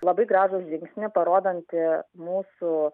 labai gražų žingsnį parodantį mūsų